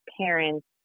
parents